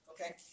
okay